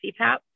CPAP